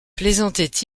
plaisantait